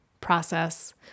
process –